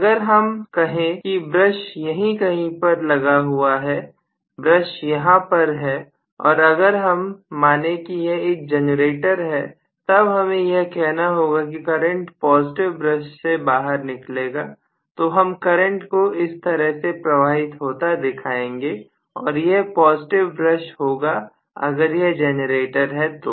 अगर हम कहें कि ब्रश यहीं कहीं पर लगा हुआ है ब्रश यहां पर है और अगर हम माने कि यह एक जनरेटर है तब हमें यह कहना होगा कि करंट पॉजिटिव ब्रश से बाहर निकलेगा तो हम करंट को इस तरह से प्रवाहित होता दिखाएंगे और यह पॉजिटिव ब्रश होगा अगर यह जनरेटर है तो